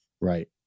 Right